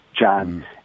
John